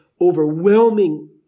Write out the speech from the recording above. overwhelming